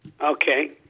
Okay